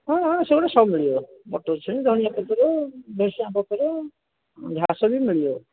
ହଁ ହଁ ସେଗୁଡ଼ା ସବୁ ମିଳିବ ମଟର ଛୁଇଁ ଧନିଆ ପତ୍ର ଭ୍ରୁଶୁଙ୍ଗା ପତର ଘାସ ବି ମିଳିବ